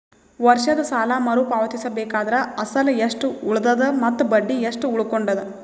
ವರ್ಷದ ಸಾಲಾ ಮರು ಪಾವತಿಸಬೇಕಾದರ ಅಸಲ ಎಷ್ಟ ಉಳದದ ಮತ್ತ ಬಡ್ಡಿ ಎಷ್ಟ ಉಳಕೊಂಡದ?